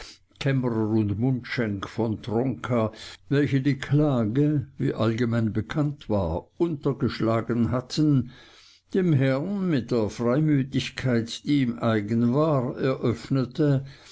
mundschenk von tronka welche die klage wie allgemein bekannt war untergeschlagen hatten dem herrn mit der freimütigkeit die ihm eigen war eröffnete